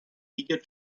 eager